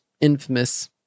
infamous